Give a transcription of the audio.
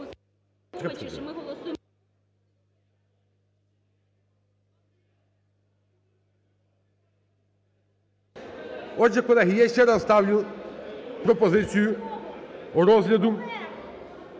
Отже, колеги, я ще раз ставлю пропозицію розгляду